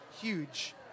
huge